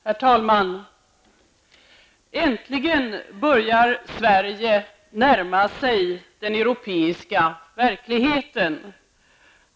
Herr talman! Äntligen börjar Sverige närma sig den europeiska verkligheten.